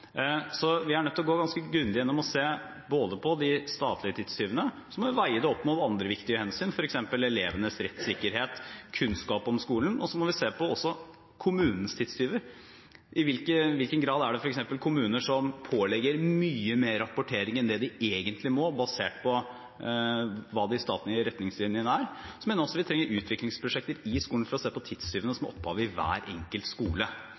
Så vi er nødt til å gå ganske grundig igjennom og se på de statlige tidstyvene, og vi må veie det opp mot andre viktige hensyn, f.eks. elevenes rettssikkerhet og kunnskap om skolen. Så må vi også se på kommunens tidstyver – i hvilken grad er det f.eks. kommuner som pålegger mye mer rapportering enn det de egentlig må, basert på hva de statlige retningslinjene er? Så mener jeg vi også trenger utviklingsprosjekter i skolen for å se på tidstyvene som har opphav i hver enkelt skole.